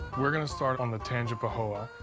we're gonna start on the tangipahoa,